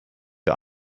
wir